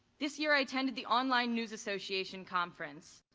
this year i attended the online news association conference,